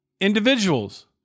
individuals